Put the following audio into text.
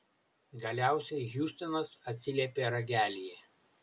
galiausiai hjustonas atsiliepė ragelyje